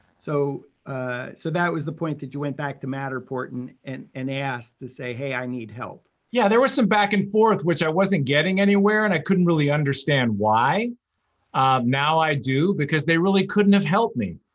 so ah so that was the point that you went back to matterport and and and asked to say, hey, i need help. yeah, there was some back and forth, which i wasn't getting anywhere and i couldn't really understand why now i do, because they really couldn't have helped me.